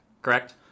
Correct